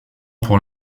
pour